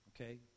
Okay